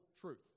truth